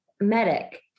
medic